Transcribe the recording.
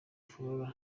flora